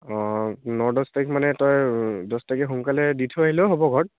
অ' ন দহ তাৰিখ মানে তই দহ তাৰিখে সোনকালে দি থৈ আহিলেও হ'ব ঘৰত